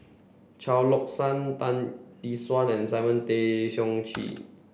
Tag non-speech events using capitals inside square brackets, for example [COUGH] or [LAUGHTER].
Chao [UNINTELLIGIBLE] San Tan Tee Suan and Simon Tay Seong Chee